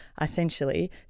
essentially